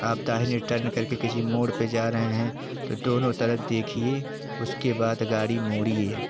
आप दाहिने टर्न करके किसी मोड़ पर जा रहे हैं तो दोनों तरफ़ देखिए उसके बाद गाड़ी मोड़िए